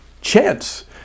chance